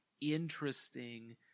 interesting